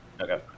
Okay